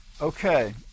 Okay